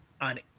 on